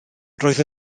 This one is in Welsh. roedd